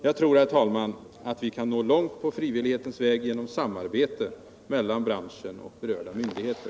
Jag tror, herr talman, att vi kan nå långt på frivillighetens väg genom samarbete med branschen och berörda myndigheter.